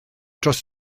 dros